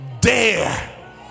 dare